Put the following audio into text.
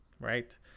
right